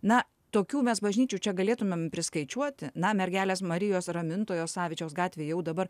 na tokių mes bažnyčių čia galėtumėm priskaičiuoti na mergelės marijos ramintojos savičiaus gatvėj jau dabar